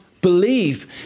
believe